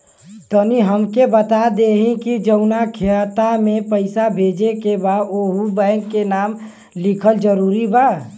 तनि हमके ई बता देही की जऊना खाता मे पैसा भेजे के बा ओहुँ बैंक के नाम लिखल जरूरी बा?